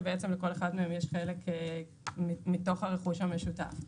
ולכל אחד מהם יש חלק מתוך הרכוש המשותף.